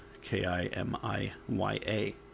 K-I-M-I-Y-A